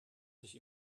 sich